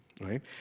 right